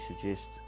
suggest